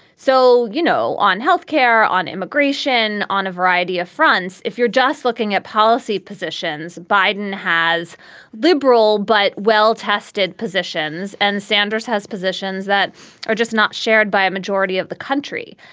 so, you know, on health care, on immigration, on a variety of fronts. if you're just looking at policy positions. biden has liberal but well-tested positions and sanders has positions that are just not shared by a majority of the country.